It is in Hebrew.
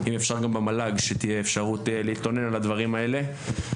אם אפשר גם במל"ג שתהיה אפשרות להתלונן על הדברים האלה.